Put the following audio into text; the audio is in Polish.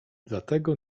dlatego